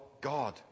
God